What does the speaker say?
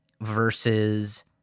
versus